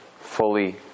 fully